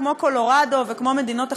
כמו קולורדו וכמו מדינות אחרות,